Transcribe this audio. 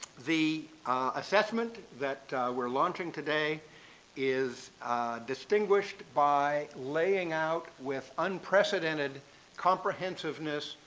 the assessment that we're launching today is distinguished by laying out with unprecedented comprehensiveness,